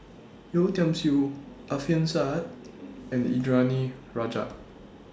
Yeo Tiam Siew Alfian Sa'at and Indranee Rajah